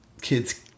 kids